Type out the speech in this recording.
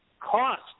cost